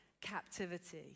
captivity